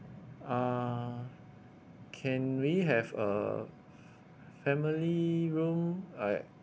uh can we have a family room I